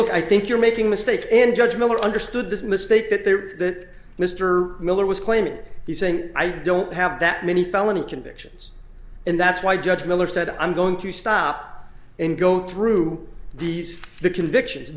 look i think you're making mistake in judge miller understood this mistake that there that mr miller was claiming he's saying i don't have that many felony convictions and that's why judge miller said i'm going to stop and go through these the convictions